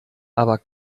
aber